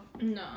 No